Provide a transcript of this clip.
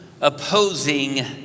opposing